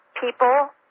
people